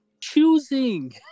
choosing